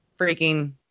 freaking